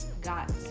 got